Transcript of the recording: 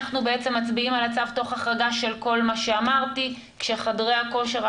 אנחנו בעצם מצביעים על הצו תוך החרגה של כל מה שאמרתי כשחדרי הכושר,